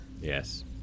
Yes